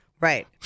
Right